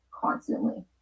constantly